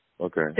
Okay